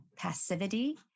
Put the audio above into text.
passivity